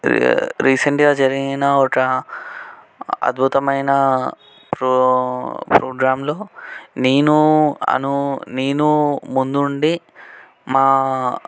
రీ రీసెంట్గా జరిగిన ఒక అద్భుతమైన ప్రో ప్రోగ్రాంలో నేను అను నేను ముందుండి మా